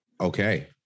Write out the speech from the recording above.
okay